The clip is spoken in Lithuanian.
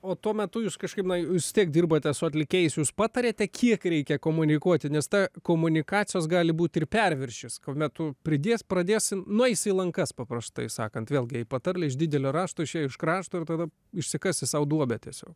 o tuo metu jūs kažkaip na vis tiek dirbate su atlikėjais jūs patariate kiek reikia komunikuoti nes ta komunikacijos gali būt ir perviršis kuomet tu pridės pradėsi nueisi į lankas paprastai sakant vėlgi patarlė iš didelio rašto išėjo iš krašto ir tada išsikasi sau duobę tiesiog